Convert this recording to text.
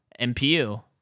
MPU